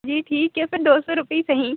जी ठीक है फिर दो सौ रुपए ही सही